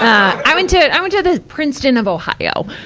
i went to, i went to the princeton of ohio.